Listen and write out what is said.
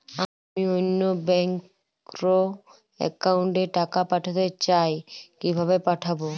আমি অন্য ব্যাংক র অ্যাকাউন্ট এ টাকা পাঠাতে চাই কিভাবে পাঠাবো?